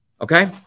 okay